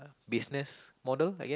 business model I guess